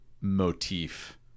motif